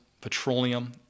petroleum